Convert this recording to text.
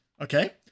Okay